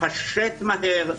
מתפשט מהר,